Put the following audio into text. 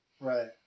Right